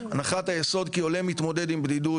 הנחת היסוד היא כי עולה מתמודד עם בדידות,